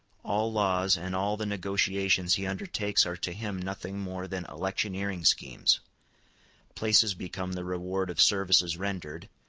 all laws and all the negotiations he undertakes are to him nothing more than electioneering schemes places become the reward of services rendered,